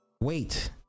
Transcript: Wait